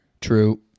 True